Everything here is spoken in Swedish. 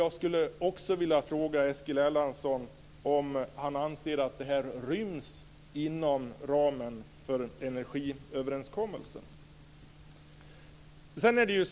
Jag skulle också vilja fråga Eskil Erlandsson om han anser att det ryms inom ramen för energiöverenskommelsen.